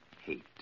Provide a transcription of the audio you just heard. hate